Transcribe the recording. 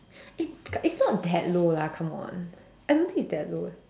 it it's not that low lah come on I don't think it's that low eh